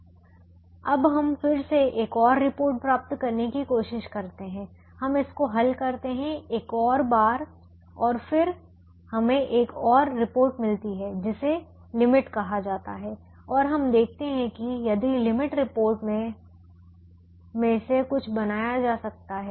संदर्भ समय 1540 अब हम फिर से एक और रिपोर्ट प्राप्त करने की कोशिश करते हैं हम इसको हल करते हैं एक और बार और फिर हमें एक और रिपोर्ट मिलती है जिसे लिमिट कहा जाता है और हम देखते हैं यदि लिमिट रिपोर्ट में से कुछ बनाया जा सकता है